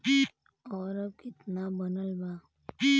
और अब कितना बनल बा?